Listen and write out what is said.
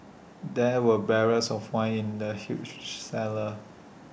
there were barrels of wine in the huge cellar